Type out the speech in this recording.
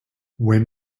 when